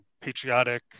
patriotic